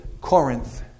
Corinth